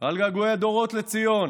לציון